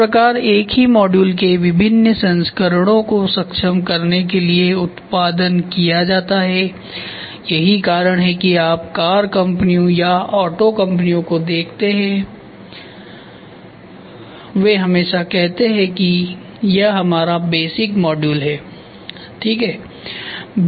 इस प्रकार एक ही मॉड्यूल के विभिन्न संस्करणों को सक्षम करने के लिए उत्पादन किया जाता है यही कारण है कि आप कार कंपनियों या ऑटो कंपनियों को देखते हैं वे हमेशा कहते हैं कि यह हमारा बेसिक मॉड्यूल है ठीक है